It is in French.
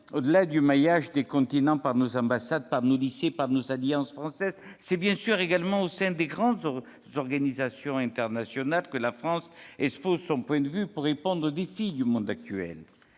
au-delà du maillage des continents par nos ambassades, nos lycées et nos alliances françaises, c'est également au sein des grandes organisations internationales que la France expose son point de vue pour répondre aux défis du monde actuel.